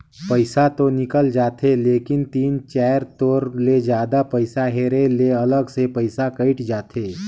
पइसा तो निकल जाथे लेकिन तीन चाएर तोर ले जादा पइसा हेरे ले अलग से पइसा कइट जाथे